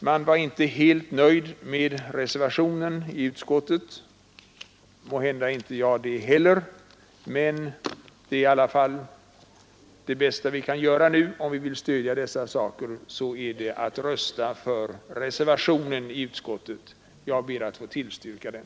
De var inte helt nöjda med reservationen i utskottet. Måhända är inte jag det heller. Men det bästa vi nu kan göra om vi vill stödja simundervisningen är att rösta för reservationen i utskottets betänkande. Jag ber att få yrka bifall till den.